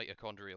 mitochondrial